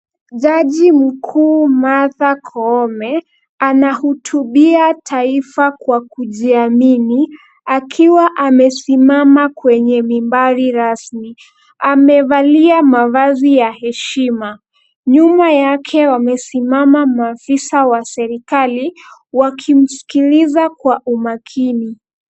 Jaji mkuu Martha Koome anahutubia taifa kwa kujiamini, akiwa amesimama kwenye mimbari rasmi. Amevalia mavazi ya heshima. Nyuma yake wamesimama maafisa wa serikali wakimsikiliza kwa umakini.